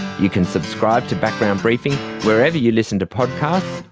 you can subscribe to background briefing wherever you listen to podcasts,